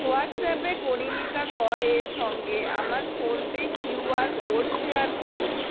হোয়াটসঅ্যাপে কনীনিকা করের সঙ্গে আমার ফোনপে কিউআর কোড শেয়ার করুন